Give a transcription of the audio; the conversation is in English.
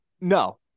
No